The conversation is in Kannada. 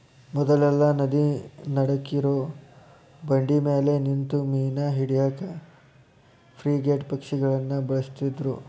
ಮೊದ್ಲೆಲ್ಲಾ ನದಿ ನಡಕ್ಕಿರೋ ಬಂಡಿಮ್ಯಾಲೆ ನಿಂತು ಮೇನಾ ಹಿಡ್ಯಾಕ ಫ್ರಿಗೇಟ್ ಪಕ್ಷಿಗಳನ್ನ ಬಳಸ್ತಿದ್ರು